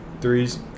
Threes